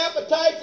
appetites